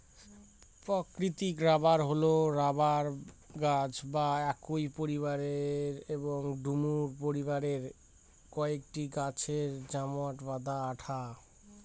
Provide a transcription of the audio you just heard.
প্রাকৃতিক রবার হল রবার গাছ বা একই পরিবারের এবং ডুমুর পরিবারের কয়েকটি গাছের জমাট বাঁধা আঠা